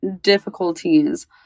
difficulties